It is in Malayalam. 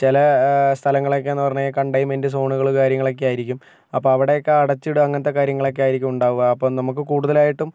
ചില സ്ഥലങ്ങളൊക്കെ എന്ന് പറഞ്ഞു കഴിഞ്ഞാൽ കണ്ടൈൻമെൻറ്റ് സോണുകൾ കാര്യങ്ങളൊക്കെ ആയിരിക്കും അപ്പോൾ അവിടെയൊക്കെ അടച്ചിടുക അങ്ങനത്തെ കാര്യങ്ങളൊക്കെയായിരിക്കും ഉണ്ടാകുക അപ്പം നമുക്ക് കൂടുതലായിട്ടും